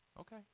Okay